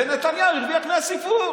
ונתניהו הרוויח מהסיפור.